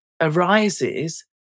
arises